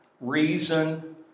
reason